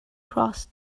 crossed